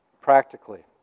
practically